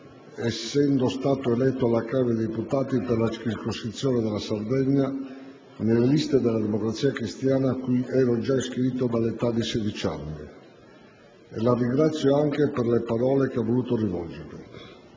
essendo stato eletto alla Camera dei deputati per la circoscrizione della Sardegna, nelle liste della Democrazia Cristiana, cui ero già iscritto dall'età di 16 anni; e la ringrazio anche per le parole che ha voluto rivolgermi.